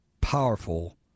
powerful